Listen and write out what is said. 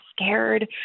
scared